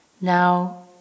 Now